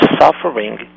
suffering